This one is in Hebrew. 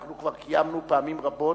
כבר קיימנו פעמים רבות,